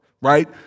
right